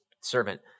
servant